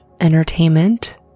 entertainment